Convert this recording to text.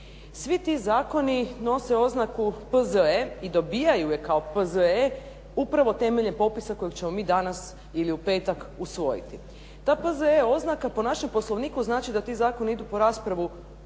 Svi ti zakoni nose oznaku P.Z.E. i dobivaju je kao P.Z.E. upravo temeljem popisa kojeg ćemo mi danas ili u petak usvojiti. Ta P.Z.E. oznaka po našem Poslovniku znači da ti zakoni idu u raspravu